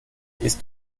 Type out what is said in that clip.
ist